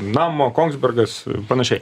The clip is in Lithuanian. namo kongsbergas panašiai